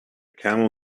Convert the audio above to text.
camel